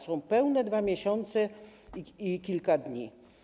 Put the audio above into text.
Są pełne 2 miesiące i kilka dni.